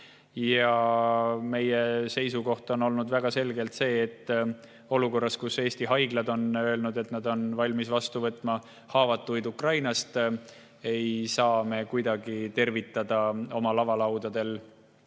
Meie seisukoht on olnud väga selgelt see, et olukorras, kus Eesti haiglad on öelnud, et nad on valmis vastu võtma haavatuid Ukrainast, ei saa me kuidagi tervitada oma lavalaudadel